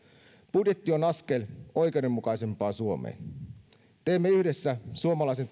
budjetti on askel oikeudenmukaisempaan suomeen teemme yhdessä suomalaisten